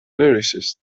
lyricist